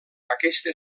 aquesta